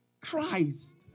Christ